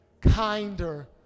kinder